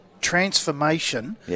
transformation